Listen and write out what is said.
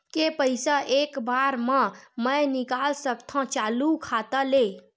के पईसा एक बार मा मैं निकाल सकथव चालू खाता ले?